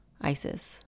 ISIS